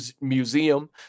museum